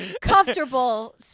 comfortable